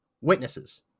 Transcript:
witnesses